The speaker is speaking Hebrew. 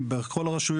בכל רחבי